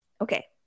Okay